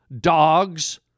dogs